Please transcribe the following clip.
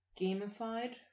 gamified